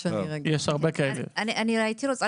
אני הייתי רוצה